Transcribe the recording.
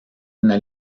una